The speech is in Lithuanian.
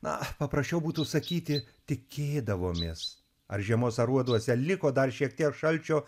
na paprasčiau būtų sakyti tikėdavomės ar žiemos aruoduose liko dar šiek tiek šalčio